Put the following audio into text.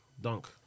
Dunk